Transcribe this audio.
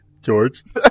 George